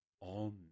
on